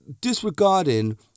disregarding